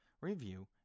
review